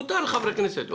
מותר לחברי כנסת.